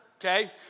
okay